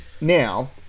now